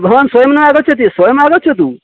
भवान् स्वयं न आगच्छति स्वयम् आगच्छतु